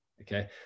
Okay